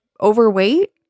overweight